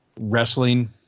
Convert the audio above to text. wrestling